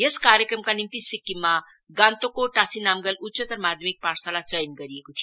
यस कार्यक्रमका निम्ति सिक्किममा गान्तोकको टाशी नामग्याल उच्चतर माध्यमिक पाठशाला चयन गरिएको थियो